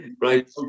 Right